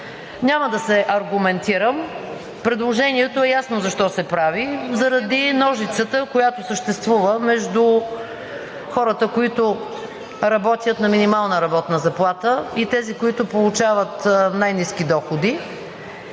Няма да се аргументирам. Предложението е ясно защо се прави – заради ножицата, която съществува, между хората, които работят на минимална работна заплата, и тези, които получават най-ниски доходи,